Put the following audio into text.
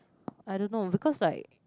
I don't know because like